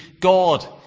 God